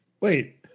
Wait